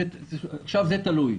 זה תלוי.